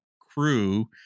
crew